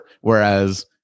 Whereas